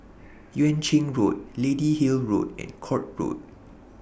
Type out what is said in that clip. Yuan Ching Road Lady Hill Road and Court Road